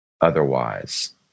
otherwise